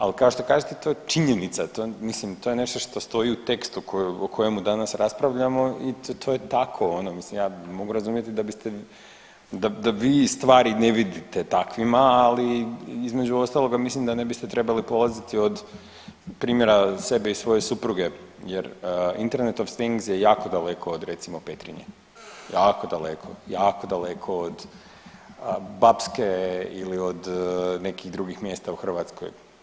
Ali kao što kažete to je činjenica, to mislim to je nešto što stoji u tekstu o kojemu danas raspravljamo i to je tako ono mislim ja mogu razumjeti da vi stvari ne vidite takvima, ali između ostaloga mislim da ne biste trebali polaziti od primjere sebe i svoje supruge jer internet of thing je jako daleko od recimo Petrinje, jako daleko, jako daleko od Bapske ili od nekih drugih mjesta u Hrvatskoj.